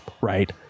Right